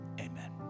Amen